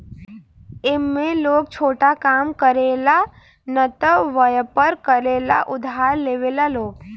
ए में लोग छोटा काम करे ला न त वयपर करे ला उधार लेवेला लोग